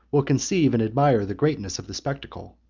will conceive and admire the greatness of the spectacle.